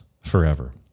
forever